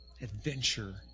adventure